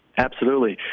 absolutely.